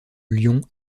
lyon